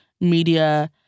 media